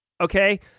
Okay